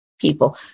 people